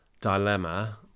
dilemma